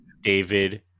David